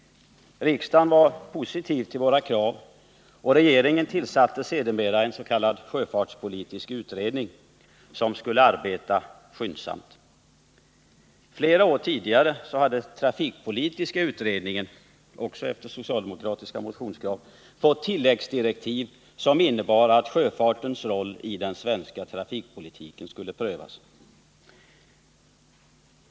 Riksdagen var positiv till vårt krav, och regeringen tillsatte sedermera en s.k. sjöfartspolitisk utredning, som skulle arbeta skyndsamt. Flera år tidigare hade trafikpolitiska utredningen — också tillsatt efter socialdemokratiska motionskrav — fått tilläggsdirektiv som innebar att sjöfartens roll i den svenska trafikpolitiken skulle prövas.